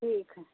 ठीक है